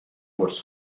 قرص